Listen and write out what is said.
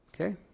Okay